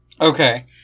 Okay